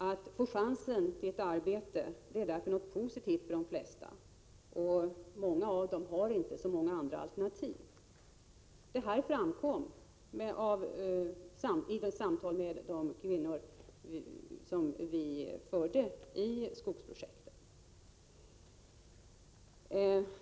Att få chans till ett arbete är därför något positivt för de flesta. Många har egentligen inte andra alternativ. Detta framkom vid de samtal med kvinnor vid skogsprojekten som vi förde.